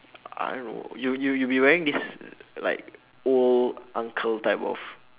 I don't know you you you be wearing this like old uncle type of